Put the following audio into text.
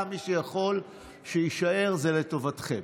לחברי הכנסת החדשים יהיה יותר קל,